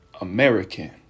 American